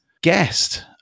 guest